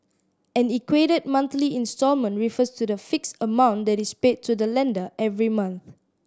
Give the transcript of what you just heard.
an equated monthly instalment refers to the fixed amount that is paid to the lender every month